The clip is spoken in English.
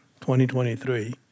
2023